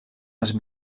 els